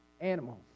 animals